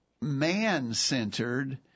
man-centered